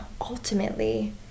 ultimately